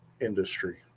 industry